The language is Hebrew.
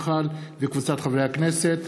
יחיאל חיליק בר,